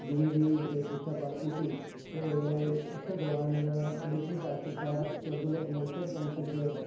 बी A दी परीक्षा पास कीती ते ओह्दे उस्सै दौरान मैं आडीशन पास कीता कैजुअल एनाउंसर कम कम्पेयर दा